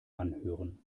anhören